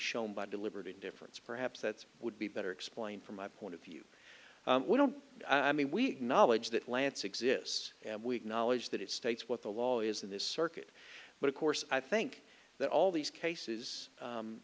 shown by deliberate indifference perhaps that would be better explained from my point of view we don't i mean we knowledge that lance exists and weak knowledge that it states what the law is in this circuit but of course i think that all these cases